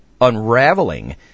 unraveling